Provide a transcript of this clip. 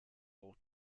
all